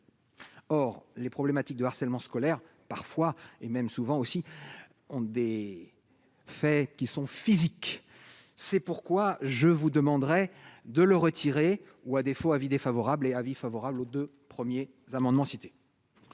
or les problématiques de harcèlement scolaire parfois et même souvent aussi ont des faits qui sont physiques, c'est pourquoi je vous demanderai de le retirer ou, à défaut, avis défavorable et avis favorable aux 2 premiers amendements cité.